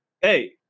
Hey